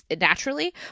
naturally